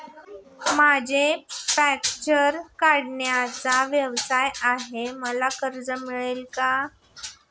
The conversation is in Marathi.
माझा पंक्चर काढण्याचा व्यवसाय आहे मला कर्ज मिळेल का?